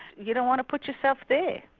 you don't want to put yourself there.